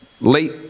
late